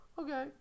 okay